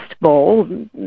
bowl